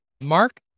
Mark